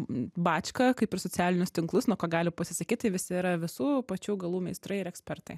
bačką kaip ir socialinius tinklus nuo ko gali pasisakyt tai visi yra visų pačių galų meistrai ir ekspertai